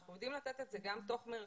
אנחנו יודעים לתת את המענה תוך מרחק,